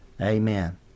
Amen